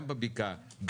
גם בבקעה,